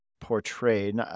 portrayed